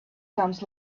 comes